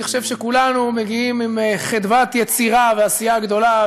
אני חושב שכולנו מגיעים עם חדוות יצירה ועשייה גדולה,